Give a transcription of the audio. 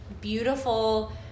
beautiful